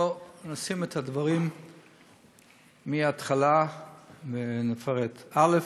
בואי נשים את הדברים מההתחלה ונפרט: א.